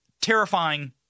...terrifying